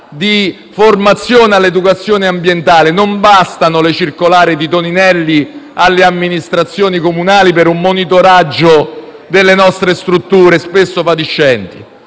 di formazione all'educazione ambientale. Non bastano le circolari del ministro Toninelli alle amministrazioni comunali per un monitoraggio delle nostre strutture spesso fatiscenti.